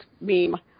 meme